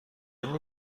ini